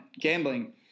gambling